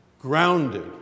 grounded